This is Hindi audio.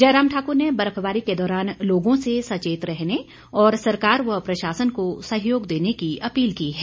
जयराम ठाकुर ने बर्फबारी के दौरान लोगों से सचेत रहने और सरकार व प्रशासन को सहयोग देने की अपील की है